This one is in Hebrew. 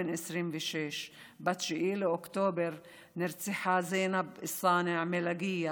בן 26. ב-9 באוקטובר נרצחה זינב אלסאנע מאל-לקיה,